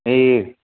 ए